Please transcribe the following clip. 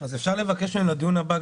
אז אפשר לבקש מהם לדיון הבא,